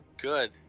Good